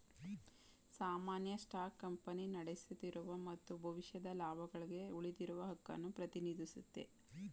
ಸಾಮಾನ್ಯ stock company ನಡೆಯುತ್ತಿರುವ ಮತ್ತು ಭವಿಷ್ಯದ ಲಾಭಗಳ್ಗೆ ಉಳಿದಿರುವ ಹಕ್ಕುನ್ನ ಪ್ರತಿನಿಧಿಸುತ್ತೆ